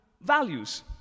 values